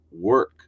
work